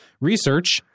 research